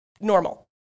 normal